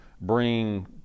bring